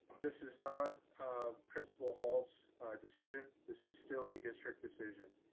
this is not principal halt's decision. this is still a district decision.